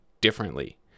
differently